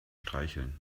streicheln